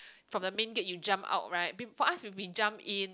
from the main gate you jump out right for us will be jump in